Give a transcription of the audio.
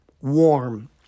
warm